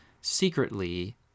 secretly